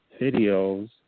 videos